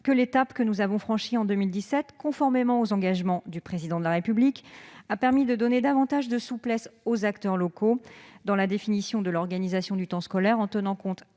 que l'étape que nous avons franchie en 2017, conformément aux engagements du Président de la République, a permis de donner davantage de souplesse aux acteurs locaux dans la définition de l'organisation du temps scolaire, afin que